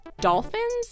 dolphins